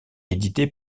édité